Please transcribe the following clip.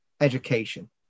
education